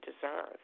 deserve